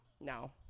No